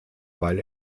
weil